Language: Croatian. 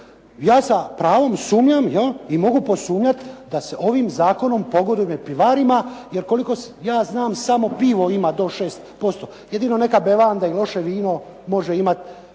ja sa pravom sumnjam i mogu posumnjati da se ovim Zakonom pogoduje ne pivarima jer koliko ja znam samo pivo ima do 6%, jedino neka bevanda i loše vino može imati,